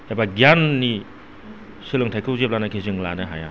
एबा गियाननि सोलोंथायखौ जेब्लानाखि जों लानो हाया